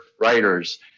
writers